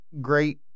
great